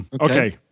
Okay